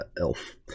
elf